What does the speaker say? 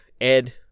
Ed